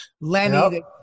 Lenny